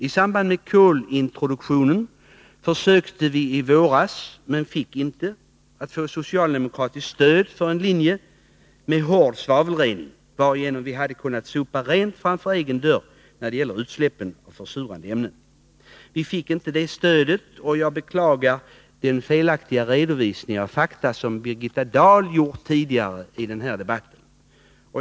I samband med kolintroduktionen försökte vi i våras — men lyckades inte — få socialdemokratiskt stöd för en linje som gick ut på hård svavelrening, varigenom vi hade kunnat sopa rent framför egen dörr när det gäller utsläppen av försurande ämnen. Vi fick alltså inte det stödet, och jag beklagar den felaktiga redovisning av fakta som Birgitta Dahl gjort tidigare i den här debatten.